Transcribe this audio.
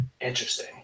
Interesting